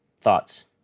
Thoughts